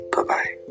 Bye-bye